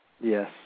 Yes